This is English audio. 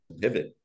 pivot